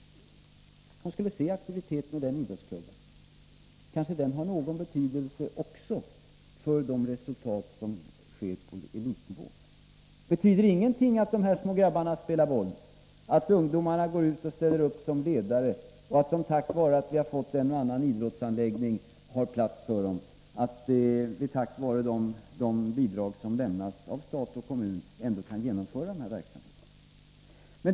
Hon skulle se aktiviteten i den idrottsklubben! — Nr 27 Kanske den har någon betydelse också för de resultat som uppnås på elitnivå. Fredagen den Betyder det ingenting att de här små grabbarna spelar boll, att ungdomar 18 november 1983 ställer upp som ledare, att det tack vare att vi har fått en och annan idrottsanläggning finns plats för dem, att vi tack vare de bidrag som lämnas av stat och kommun ändå kan genomföra den här verksamheten?